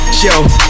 show